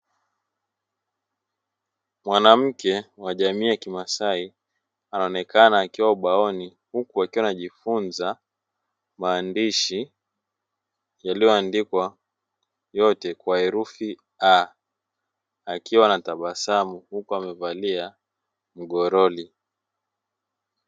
Mwanamke, wa jamii ya kimasai, anaonekana akiwa ubaoni, huku akiwa anajifunza, maandishi, yaliyoandikwa, yote kwa herufi "a" akiwa anatabasamu huku amevalia mgoroli.